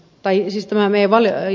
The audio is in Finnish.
tai ystävämme valeri